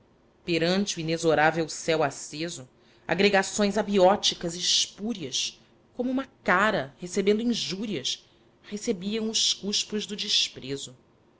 o inexorável céu aceso agregações abióticas espúrias como um cara recebendo injúrias recebiam os cuspos do desprezo